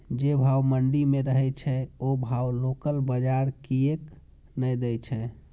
जे भाव मंडी में रहे छै ओ भाव लोकल बजार कीयेक ने दै छै?